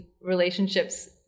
relationships